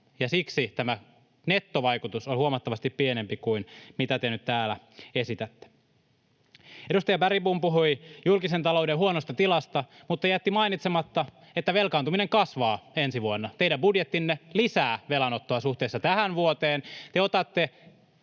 siksi tämä nettovaikutus on huomattavasti pienempi kuin mitä te nyt täällä esitätte. Edustaja Bergbom puhui julkisen talouden huonosta tilasta mutta jätti mainitsematta, että velkaantuminen kasvaa ensi vuonna, teidän budjettinne lisää velanottoa suhteessa tähän vuoteen,